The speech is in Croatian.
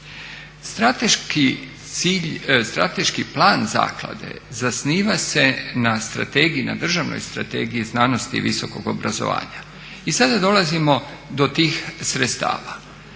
strateški plan zaklade zasniva se na strategiji, na državnoj strategiji znanosti i visokog obrazovanja. I sada dolazimo do tih sredstava,